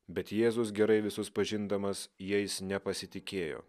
bet jėzus gerai visus pažindamas jais nepasitikėjo